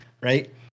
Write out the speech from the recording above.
right